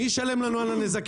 מי ישלם לנו על הנזקים?